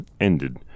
ended